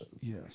Yes